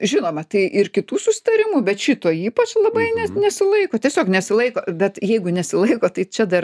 žinoma tai ir kitų susitarimų bet šito ypač labai nes nesilaiko tiesiog nesilaiko bet jeigu nesilaiko tai čia dar